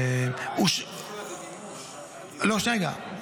זה לא זכויות, זה מימוש.